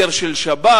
גוי של שבת,